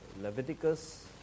Leviticus